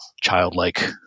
childlike